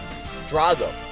Drago